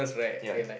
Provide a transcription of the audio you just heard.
ya